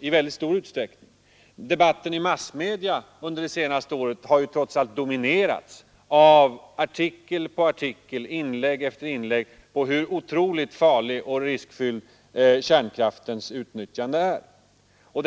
i mycket stor utsträckning. Debatten i massmedia under det senaste året har trots allt dominerats av artikel på artikel, inlägg efter inlägg om hur otroligt farligt och riskfyllt ett utnyttjande av kärnkraften är.